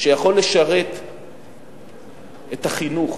שיכול לשרת את החינוך